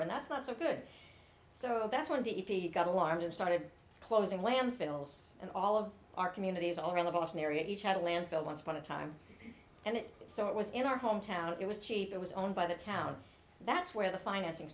and that's not so good so that's one of the e p a got a large and started closing landfills and all of our communities all around the boston area each had a landfill once upon a time and so it was in our home town it was cheap it was owned by the town that's where the financing